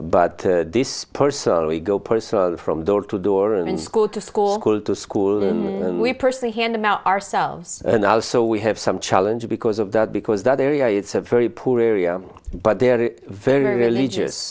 telecast but this person we go person from door to door and school to school to school and we personally hand them out ourselves and now so we have some challenge because of that because that area it's a very poor area but they are very religious